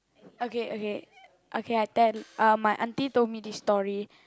okay okay okay I tell my auntie told me this story